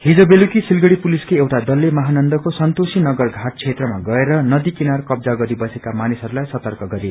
हिज बेलुकी सिलगढ़ी पुलिसको एउटा दलले महानन्दाको सन्तोषी नगर घाट क्षेत्रमा गएर नदी किनार कब्जा गरी बसेका मानिसहस्लाई सर्तक गरे